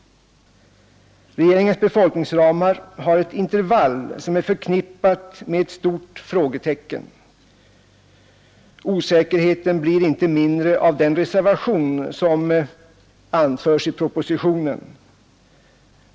Regeringens befolkningsramar har ett intervall, som är förknippat med ett stort frågetecken. Osäkerheten blir inte mindre av den reservation som anförs i propositionen.